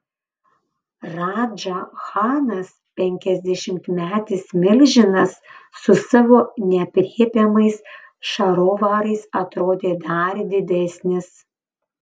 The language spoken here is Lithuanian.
radža chanas penkiasdešimtmetis milžinas su savo neaprėpiamais šarovarais atrodė dar didesnis